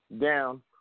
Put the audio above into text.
down